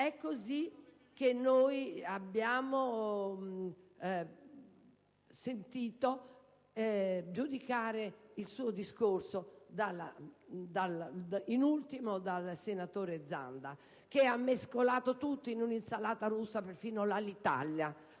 È così che noi abbiamo sentito giudicare il suo discorso, in ultimo dal senatore Zanda, che ha mescolato tutto in un'insalata russa, perfino l'Alitalia.